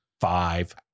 Five